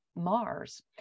mars